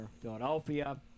Philadelphia